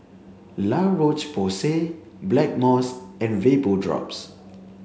La Roche Porsay Blackmores and Vapodrops